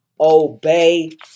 obey